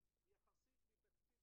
יש פה נציגה של השלטון המקומי.